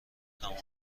تمام